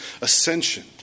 ascension